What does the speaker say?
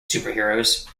superheroes